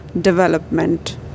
development